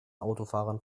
autofahrern